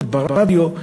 בפרסומת ברדיו,